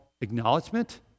acknowledgement